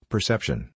Perception